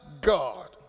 God